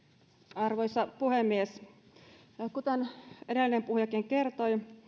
arvoisa puhemies kuten edellinenkin puhuja kertoi